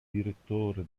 direttore